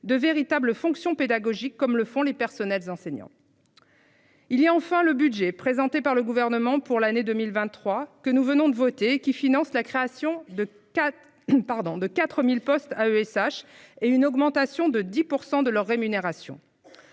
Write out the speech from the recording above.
de véritables fonctions pédagogiques comme le font les personnels enseignants. Il y a enfin le budget présenté par le gouvernement pour l'année 2023 que nous venons de voter qui financent la création de quatre pardon de 4000 postes à ESH et une augmentation de 10% de leur rémunération.